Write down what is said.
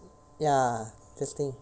ya